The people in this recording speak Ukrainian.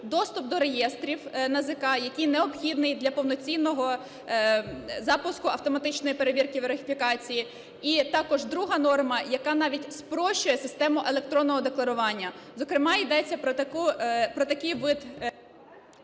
доступ до реєстрів НАЗК, який необхідний для повноцінного запуску автоматичної перевірки верифікації. І також друга норма, яка навіть спрощує систему електронного декларування, зокрема йдеться про такий вид…